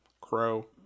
Crow